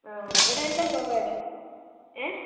ആഹ് ഇവിടെ എല്ലാം പ്രൊവൈഡ് ഏഹ്